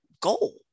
goal